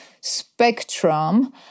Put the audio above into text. spectrum